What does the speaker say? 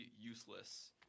useless